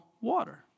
water